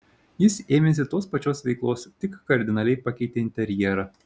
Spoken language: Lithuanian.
jis ėmėsi tos pačios veiklos tik kardinaliai pakeitė interjerą